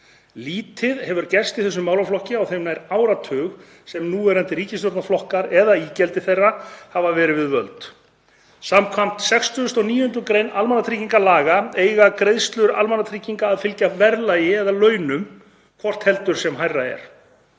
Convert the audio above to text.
Lítið hefur gerst í þessum málaflokki á þeim nær áratug sem núverandi ríkisstjórnarflokkar eða ígildi þeirra hafa verið við völd. Samkvæmt 69. gr. almannatryggingalaga eiga greiðslur almannatrygginga að fylgja verðlagi eða launum, hvort heldur sem hærra er.